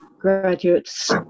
graduates